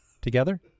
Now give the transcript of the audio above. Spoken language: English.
together